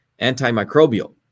antimicrobial